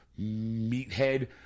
meathead